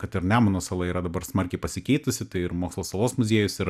kad ir nemuno sala yra dabar smarkiai pasikeitusi tai ir mokslo salos muziejus ir